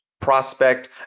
prospect